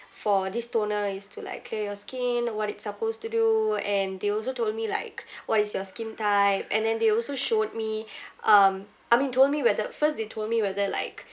for this toner is to like clear your skin what it's supposed to do and they also told me like what is your skin type and then they also showed me um I mean told me where the first they told me whether like